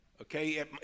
Okay